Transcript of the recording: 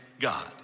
God